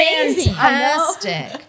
fantastic